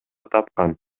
тапкан